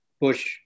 Bush